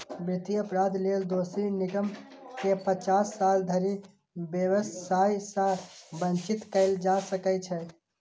वित्तीय अपराध लेल दोषी निगम कें पचास साल धरि व्यवसाय सं वंचित कैल जा सकै छै